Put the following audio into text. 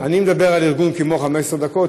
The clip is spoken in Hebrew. אני מדבר על ארגון כמו "15 דקות",